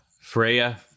Freya